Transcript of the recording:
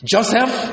Joseph